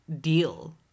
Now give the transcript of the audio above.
deal